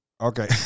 Okay